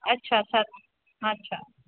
अच्छा अच्छा अच्छा